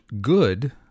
good